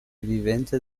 vivente